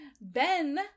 Ben